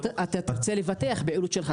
כי אתה תרצה לבטח את הפעילות שלך,